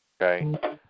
Okay